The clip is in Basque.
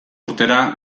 urtera